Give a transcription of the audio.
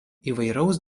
įvairaus